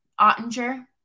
Ottinger